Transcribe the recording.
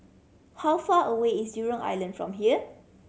how far away is Jurong Island from here